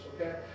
okay